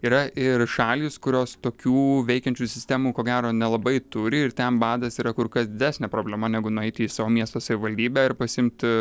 yra ir šalys kurios tokių veikiančių sistemų ko gero nelabai turi ir ten badas yra kur kas didesnė problema negu nueiti į savo miesto savivaldybę ir pasiimti